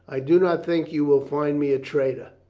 i do not think you will find me a traitor.